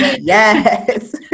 yes